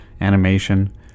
animation